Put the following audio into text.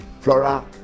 Flora